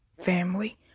family